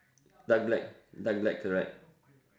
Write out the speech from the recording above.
dark black dark black correct